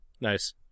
Nice